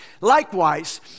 Likewise